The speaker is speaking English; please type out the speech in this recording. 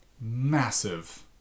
massive